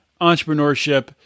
entrepreneurship